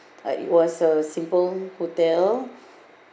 uh it was a simple hotel